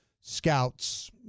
scouts